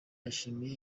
yishimira